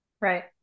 Right